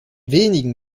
wenigen